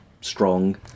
strong